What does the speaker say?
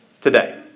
today